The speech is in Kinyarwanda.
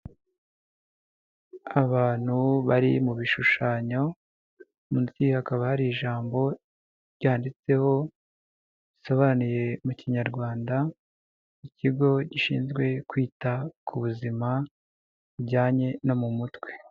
Abantu bari mu bishushanyo, munsi hakaba hari ijambo ryanditseho, risobanuye mu kinyarwanda ikigo gishinzwe kwita ku buzima bujyanye no mu mutwe.